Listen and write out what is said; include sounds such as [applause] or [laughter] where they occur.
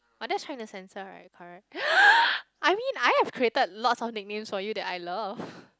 but that is trying to censor right correct [noise] I mean I have created a lot of nicknames for you that I love